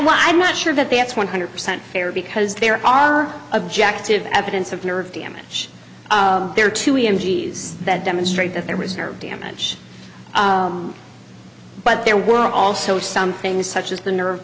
well i'm not sure that that's one hundred percent fair because there are objective evidence of nerve damage there to a m d s that demonstrate that there was nerve damage but there were also some things such as the nerve